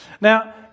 Now